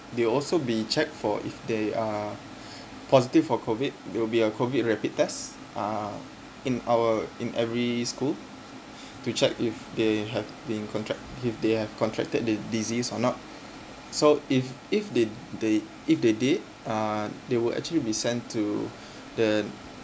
they will also be checked for if they are positive for COVID will be a COVID rapid test uh in our in every school to check if they have been contract if they have contracted the disease or not so if if they they if they did uh they will actually be sent to the